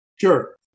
Sure